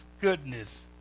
goodness